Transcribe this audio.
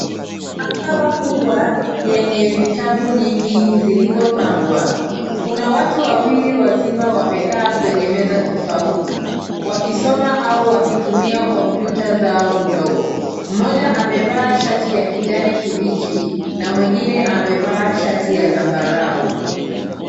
Maktaba kubwa yenye vitabu vingi zilizopangwa. Kuna watu wawili wazima wamekaa kwenye meza tofauti, wakisoma au wakitumia kompyuta zao ndogo. Mmoja amevaa shati ya kijani kibichi na mwengine amevaa shati ya zambarau.